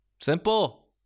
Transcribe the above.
simple